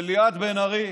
של ליאת בן-ארי,